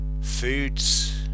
foods